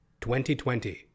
2020